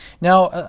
Now